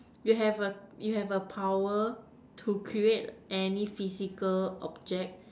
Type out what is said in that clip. you have a you have a power to create any physical object